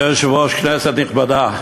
אדוני היושב-ראש, כנסת נכבדה,